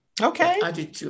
Okay